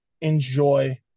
enjoy